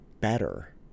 better